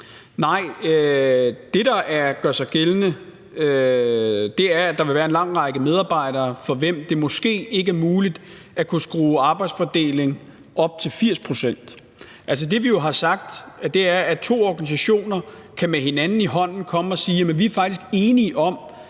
Nej, det, der gør sig gældende, er, at der vil være en lang række medarbejdere, for hvem det måske ikke er muligt at kunne skrue arbejdsfordelingen op til 80 pct. Altså, det, vi jo har sagt, er, at to organisationer kan komme med hinanden i hånden og sige: Vi er faktisk enige om,